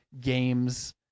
games